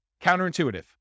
Counterintuitive